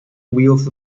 wields